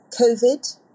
COVID